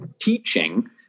teaching